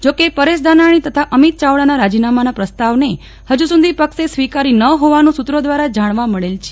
જોકે પરેશ ધાનાણી તથા અમિત ચાવડાના રાજીનામાના પ્રસ્તાવને હજુ સુધી પક્ષે સ્વીકારી ન હોવાનું સૂત્રો દ્વારા જાણવા મળેલ છે